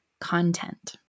content